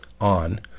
on